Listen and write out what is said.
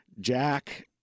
Jack